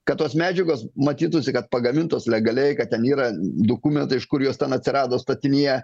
kad tos medžiagos matytųsi kad pagamintos legaliai kad ten yra dokumentai kur jos ten atsirado statinyje